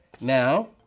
Now